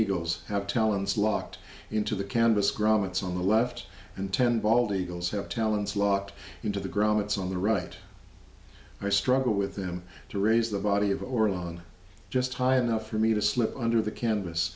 eagles have talents locked into the canvas grommets on the left and ten bald eagles have talents lot into the ground it's on the right i struggle with them to raise the body of oregon just high enough for me to slip under the canvas